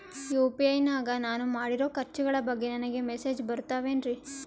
UPI ನಾಗ ನಾನು ಮಾಡಿರೋ ಖರ್ಚುಗಳ ಬಗ್ಗೆ ನನಗೆ ಮೆಸೇಜ್ ಬರುತ್ತಾವೇನ್ರಿ?